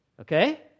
okay